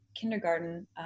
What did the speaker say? kindergarten